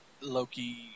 Loki